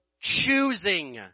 choosing